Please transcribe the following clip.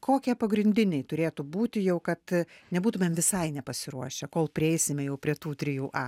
kokie pagrindiniai turėtų būti jau kad nebūtumėm visai nepasiruošę kol prieisime jau prie tų trijų a